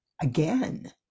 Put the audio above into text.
again